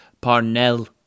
Parnell